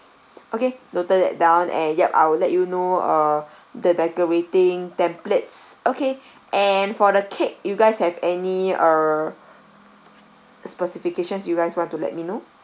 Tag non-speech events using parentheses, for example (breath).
okay noted that down and yup I'll let you know uh (breath) the decorating templates okay and for the cake you guys have any uh specifications you guys want to let me know